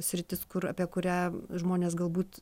sritis kur apie kurią žmonės galbūt